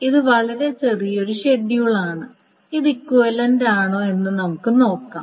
ഇത് വളരെ ചെറിയ ഒരു ഷെഡ്യൂളാണ് ഇത് ഇക്വിവലൻററ് ആണോ എന്ന് നമുക്ക് നോക്കാം